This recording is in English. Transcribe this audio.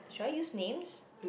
shall I use names